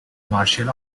martial